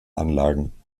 anlagen